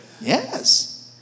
Yes